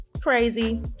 crazy